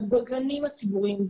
אז בגנים הציבוריים,